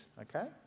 okay